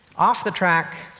off the track,